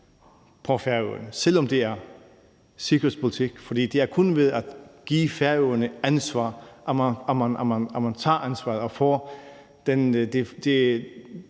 på Færøerne, selv om det er sikkerhedspolitik. For det er kun ved at give Færøerne ansvar – så man kan tage ansvaret og få det